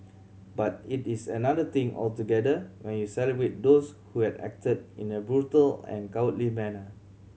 but it is another thing altogether when you celebrate those who had acted in a brutal and cowardly manner